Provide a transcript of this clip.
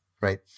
right